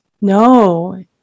no